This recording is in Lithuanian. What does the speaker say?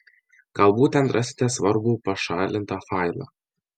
galbūt ten rasite svarbų pašalintą failą